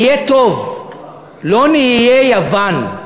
יהיה טוב, לא נהיה יוון.